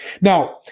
Now